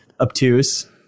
obtuse